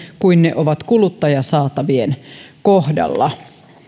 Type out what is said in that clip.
kuin ne ovat kuluttajasaatavien kohdalla